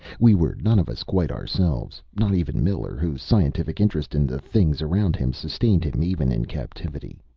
we were none of us quite ourselves. not even miller, whose scientific interest in the things around him sustained him even in captivity.